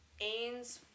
Ains